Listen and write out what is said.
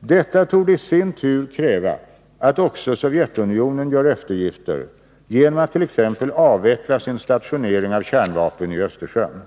Detta torde i sin tur kräva att också Sovjetunionen gör eftergifter genom attt.ex. avveckla sin stationering av kärnvapen i Östersjön.